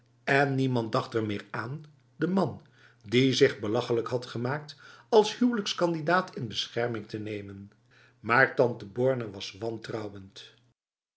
en niemand dacht er meer aan de man die zich belachelijk had gemaakt als huwelijkskandidaat in bescherming te nemen maar tante borne was